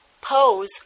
pose